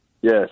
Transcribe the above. yes